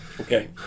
Okay